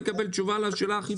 אפשר לקבל תשובה לשאלה הכי פשוטה?